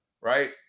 right